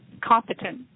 competent